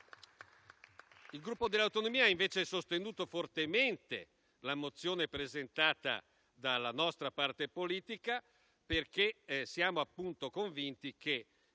Il Gruppo Per le Autonomie ha invece sostenuto fortemente la mozione presentata dalla nostra parte politica, perché siamo convinti che